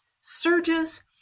surges